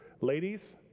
Ladies